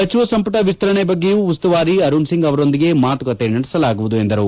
ಸಚಿವ ಸಂಪುಟ ವಿಸ್ತರಣೆಯ ಬಗ್ಗೆಯೂ ಉಸ್ತುವಾರಿ ಅರುಣ್ಸಿಂಗ್ ಅವರೊಂದಿಗೆ ಮಾತುಕತೆ ನಡೆಸಲಾಗುವುದು ಎಂದರು